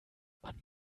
man